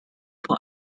vor